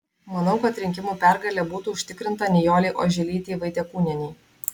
manau kad rinkimų pergalė būtų užtikrinta nijolei oželytei vaitiekūnienei